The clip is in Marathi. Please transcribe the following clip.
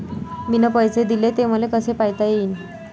मिन पैसे देले, ते मले कसे पायता येईन?